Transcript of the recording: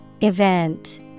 Event